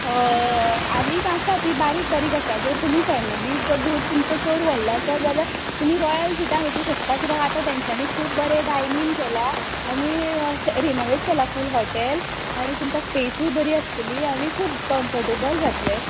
आनी आसा तीं बारीक बारीक आसा जर तुमी फॅमिलीचो ग्रूप तुमचो चड व्हडलो आसा जाल्यार तुमी रॉयल ट्रिटान वचूंक शकता कित्याक आतां तेंच्यानी खूब बरें डायन ईन केलां आनी रिनोवेट केलां फूल हॉटॅल आनी तुमकां टेसूय बरी आसतली आनी खूब कंफटेबल जातलें